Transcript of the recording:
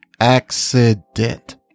accident